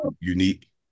unique –